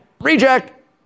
Reject